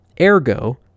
Ergo